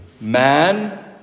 man